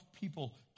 people